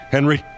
Henry